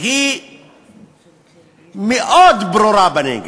היא מאוד ברורה בנגב,